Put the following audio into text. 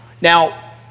Now